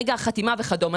רגע החתימה וכדומה.